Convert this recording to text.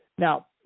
Now